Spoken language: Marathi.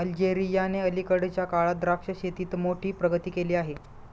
अल्जेरियाने अलीकडच्या काळात द्राक्ष शेतीत मोठी प्रगती केली आहे